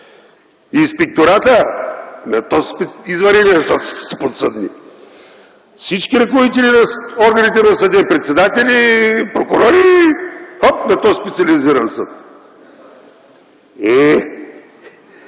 Инспекторатът – на тоз извънреден съд са подсъдни. Всички ръководители на органите на съда – и председатели, и прокурори – хоп, на този специализиран съд! Е,